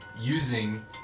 using